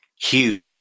huge